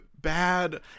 bad